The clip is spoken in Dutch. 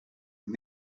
het